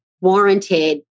warranted